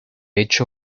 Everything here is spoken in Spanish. hecho